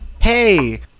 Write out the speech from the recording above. hey